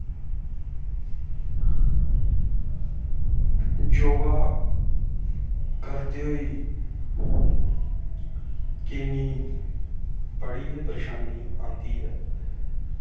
योगा करदे होई केईयें गी बड़ी गै परेशानी आंदी ऐ